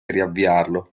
riavviarlo